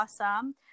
awesome